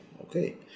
Okay